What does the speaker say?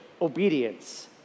obedience